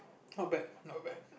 not bad not bad